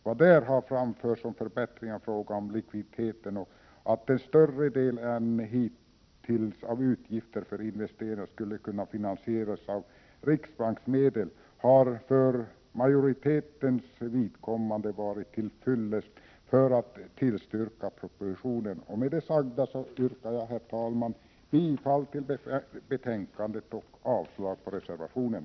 Vad där har framförts om förbättringar i fråga om likviditeten och att en större del än hittills av utgifter för investeringar skulle kunna finansieras av riksbanksmedel har för majoritetens vidkommande varit till fyllest för att tillstyrka propositionen. Herr talman! Med det sagda yrkar jag bifall till betänkandet och avslag på reservationen.